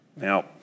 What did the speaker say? Now